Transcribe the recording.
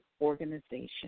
organization